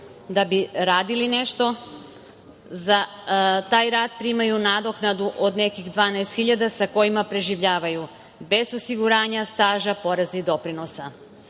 da bi radili nešto. Za taj rad primaju nadoknadu od nekih 12 hiljada, sa kojima preživljavaju, bez osiguranja, staža, poreza i doprinosa.